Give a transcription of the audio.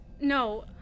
No